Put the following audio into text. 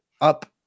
up